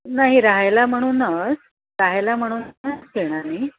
नाही राहायला म्हणूनच राहायला म्हणूनच घेणार मी